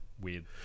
weird